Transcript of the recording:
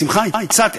בשמחה הצעתי,